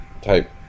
type